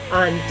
on